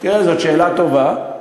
זאת שאלה טובה.